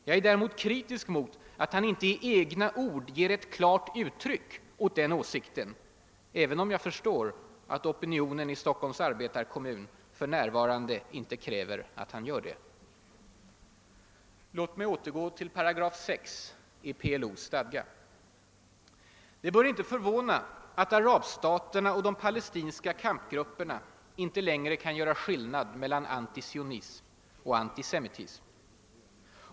Jag är däremot kritisk mot att han inte i egna ord ger ett klart uttryck åt den åsikten, även om jag förstår att opinionen i Stockholms arbetarekommun för närvarande inte kräver att han gör det. Låt mig återgå till paragraf 6 i PLO:s stadga. Det bör inte förvåna att arab staterna och de palestinska kampgrupperna inte längre kan göra skillnad mellan antisionism och antisemitism.